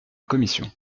commission